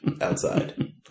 outside